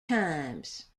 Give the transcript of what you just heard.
times